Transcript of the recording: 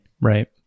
Right